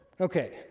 Okay